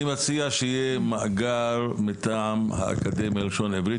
אני מציע שיהיה מאגר מטעם האקדמיה ללשון עברית,